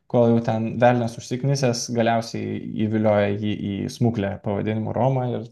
kol jau ten velnias užsiknisęs galiausiai įvilioja jį į smuklę pavadinimu roma ir